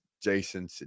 Jason